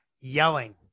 yelling